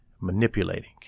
manipulating